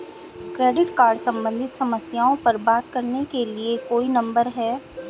Credit card सम्बंधित समस्याओं पर बात करने के लिए कोई नंबर है?